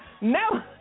No